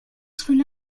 rue